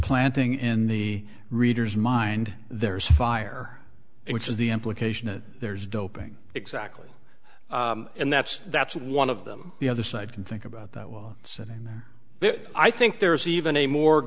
planting in the reader's mind there's fire which is the implication that there's doping exactly and that's that's one of them the other side can think about that while sitting there i think there's even a mor